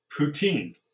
poutine